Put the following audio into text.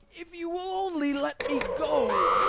if you will only let me go.